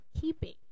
keeping